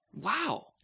Wow